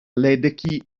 ledecky